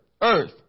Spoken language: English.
earth